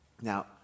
now